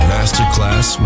Masterclass